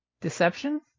deception